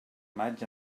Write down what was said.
maig